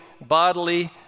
bodily